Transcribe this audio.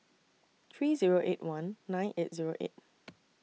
three Zero eight one nine eight Zero eight